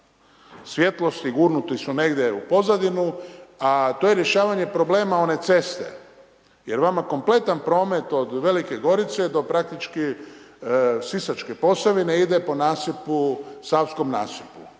svjetlosti i gurnuti su negdje u pozadinu, a to je rješavanje problema one ceste. Jer vama kompletan promet od Velike Gorice do praktički sisačke Posavine ide po nasipu savskom nasipu.